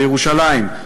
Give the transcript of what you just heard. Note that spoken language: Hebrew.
בירושלים,